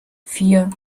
vier